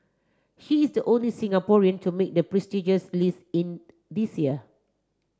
he is the only Singaporean to make the prestigious list in this year